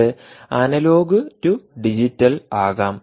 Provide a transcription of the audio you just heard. ഇത് analogue to digital ആകാം